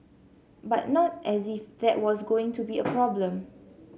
but not as if that was going to be a problem